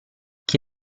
chi